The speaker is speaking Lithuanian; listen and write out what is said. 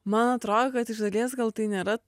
man atrodo kad iš dalies gal tai nėra